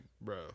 bro